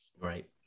Right